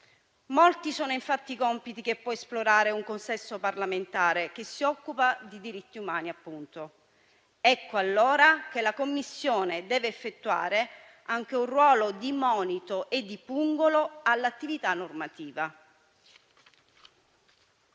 Molti sono infatti i compiti che può esplorare un consesso parlamentare che si occupa di diritti umani. Ecco allora che la Commissione deve effettuare anche un ruolo di monito e di pungolo all'attività normativa.